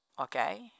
okay